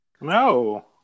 No